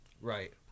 Right